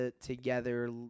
together